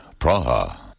Praha